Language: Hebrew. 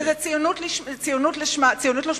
זו ציונות לשמה.